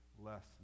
less